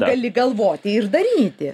gali galvoti ir daryti